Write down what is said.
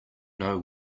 know